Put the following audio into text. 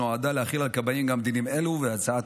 שנועדה להחיל על כבאים גם דינים אלה בהצעת